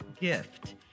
gift